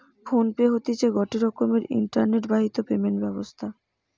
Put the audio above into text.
phone pay হতিছে গটে রকমের ইন্টারনেট বাহিত পেমেন্ট ব্যবস্থা